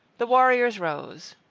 the warriors rose.